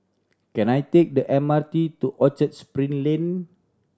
can I take the M R T to Orchard Spring Lane